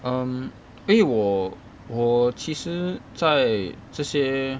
um 因为我我其实在这些